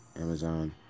Amazon